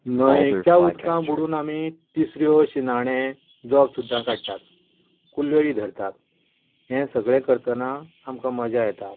न्हयेंच्या उदकांत बुडून आमी तिसऱ्यो शिणाणें झोब सुद्द काडटात कुल्ल्योय धरतात हें सगळें करतना आमकां मजा येता